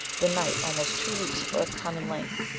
the nights, almost two weeks of earth time in length,